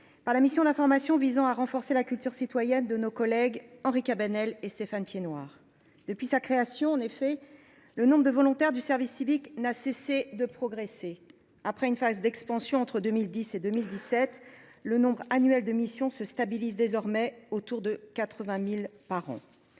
par la mission d’information visant à renforcer la culture citoyenne de nos collègues Henri Cabanel et Stéphane Piednoir. Depuis la création du service civique, le nombre de volontaires n’a cessé de progresser. Après une phase d’expansion entre 2010 et 2017, le nombre annuel de missions se stabilise désormais autour de 80 000 par an.